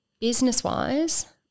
Business-wise